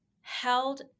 held